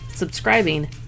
Subscribing